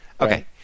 Okay